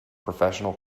professional